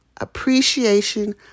appreciation